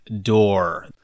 door